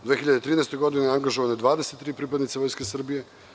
U 2013. godini angažovano je 23 pripadnice Vojske Srbije.